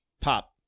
pop